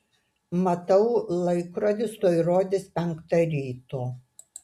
matau laikrodis tuoj rodys penktą ryto